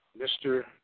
Mr